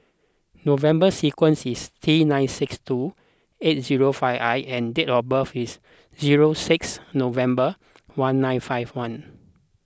November sequence is T nine six two seven eight zero five I and date of birth is zero six November one nine five one